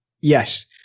yes